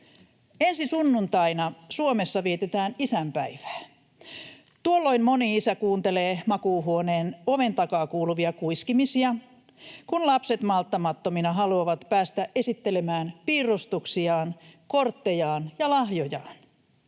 Ensi sunnuntaina Suomessa vietetään isänpäivää. Tuolloin moni isä kuuntelee makuuhuoneen oven takaa kuuluvia kuiskimisia, kun lapset malttamattomina haluavat päästä esittelemään piirustuksiaan, korttejaan ja lahjojaan.